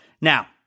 Now